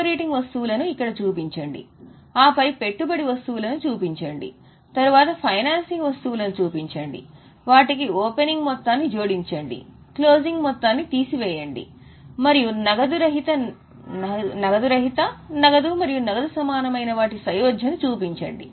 operating వస్తువులను ఇక్కడ చూపించండి ఆపై పెట్టుబడి వస్తువులను చూపించండి తరువాత ఫైనాన్సింగ్ వస్తువులను చూపించండి వాటికి ఓపెనింగ్ మొత్తాన్ని జోడించండి క్లోజింగ్ మొత్తాన్ని తీసివేయండి మరియు నగదు రహిత నగదు మరియు నగదు సమానమైన వాటి సయోధ్యను చూపించండి